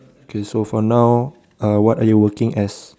okay so for now uh what are you working as